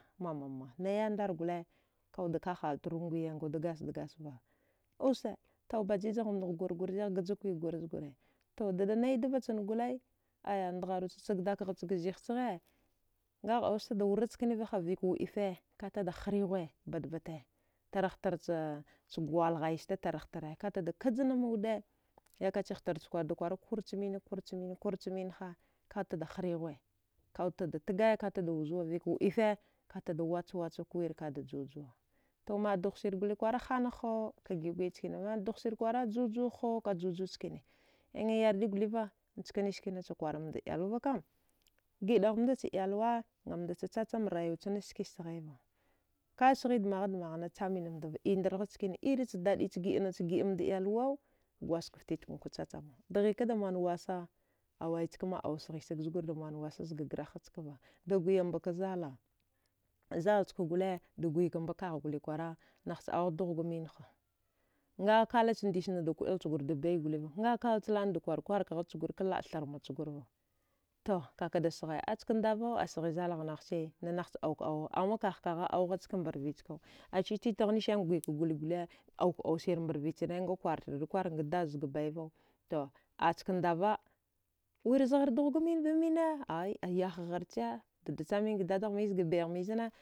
Mamamma nai yandar gole kahartrun nguya angawud gasda gasva usa taubajijghgur gurzigha gjakwigur zgura aya dadanai dvachan golai ngharucha chagdaghachga zighche ngaghau stadaurachkanivaha vəik wuəife katada hrighuwe batbate tarhtarcha kwalghai sta tarhtara katada kajnamwuda ayakachightar chakwarwud kwara kurchmine kurchminha katada hrighuwe katada tgaya wuzauwe zəik wuɗife katada wuchuwacha katada juwujwa to maədughsir goli kwara hananghu ka giəugiəa mandughsir kwara juwujwahau ka juwujwa chkane ingan yardi goliva njakani skicha kwarmda ilawavakam ghiəa ghamdacha iyalwa ngamdacha chacham rayuwa ghnachske sghaiva ka sghid maghad maghane chaminamdava iyamdarghachkane irachdaəinach giəanacha giəamda iyalwau gwadjgaft tinkwa chachama dghikada manwasa awaichkama. au sighisag zgurda manwasa zga graha chkava daguyambaka zala zalgule daguikamba kaghgole kwara nacha awugh dughga minha nga kalachndisna da kuəil chgurda bai goliva nga kalach la. nada kwal kwarkaghachgur kalaə tharmachgurva to kakada sghaya aska ndavau asghai zalaghnaghche nanahcha auka awau amma kaghkaghaw auka augha skamba rvichkau achi titaghnisani gwaika guya gole auka aumba rvichana nga wartardirkwaranga dad zga baivau askandava wirzghar dughga minba mine ai ayahgharce dada chaminga dadaghmi zgha bayaghmi zna